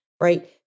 right